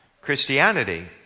Christianity